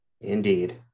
Indeed